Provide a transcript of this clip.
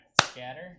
Scatter